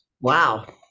wow